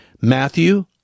Matthew